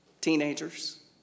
teenagers